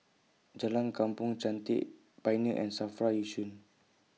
Jalan Kampong Chantek Pioneer and Safry Yishun